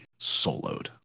soloed